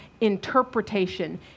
interpretation